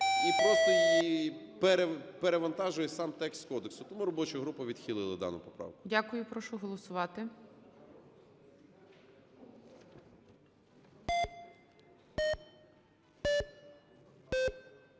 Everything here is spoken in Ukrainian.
і просто перевантажує сам текст кодексу. Тому робоча група відхилила дану поправку. ГОЛОВУЮЧИЙ. Дякую. Прошу голосувати.